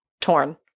torn